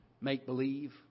make-believe